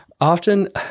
Often